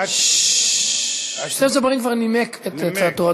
יוסף ג'בארין כבר נימק את הצעתו.